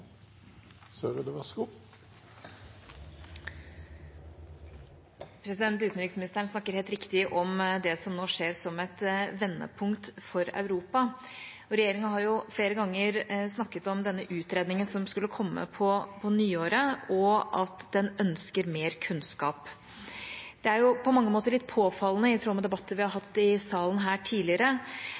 Utenriksministeren snakker, helt riktig, om det som nå skjer, som et vendepunkt for Europa. Regjeringa har flere ganger snakket om denne utredningen som skulle komme på nyåret, og at den ønsker mer kunnskap. Det er på mange måter litt påfallende, i tråd med debatter vi har hatt i salen her tidligere,